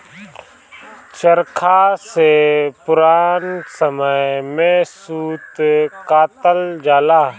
चरखा से पुरान समय में सूत कातल जाला